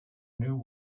new